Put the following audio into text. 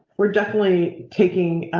we're definitely taking